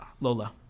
Lola